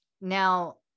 now